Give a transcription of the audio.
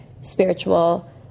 spiritual